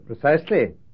Precisely